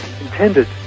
intended